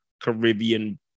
Caribbean